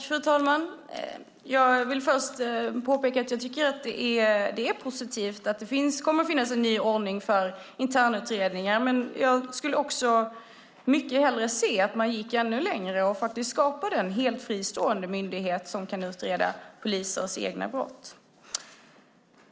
Fru talman! Jag vill först påpeka att jag tycker att det är positivt att det kommer att finnas en ny ordning för internutredningar. Men jag skulle också mycket hellre se att man gick ännu längre och skapade en helt fristående myndighet som kan utreda polisens egna brott.